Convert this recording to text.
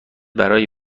برای